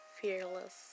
fearless